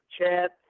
chat